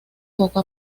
poco